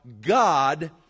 God